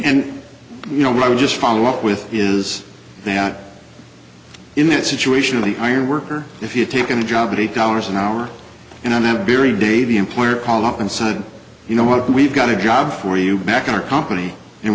and you know what i would just follow up with is that in that situation of the iron worker if you taken a job at eight dollars an hour and on that very day the employer called up and said you know what we've got a job for you back in our company and